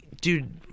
Dude